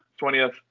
20th